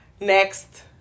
Next